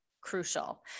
crucial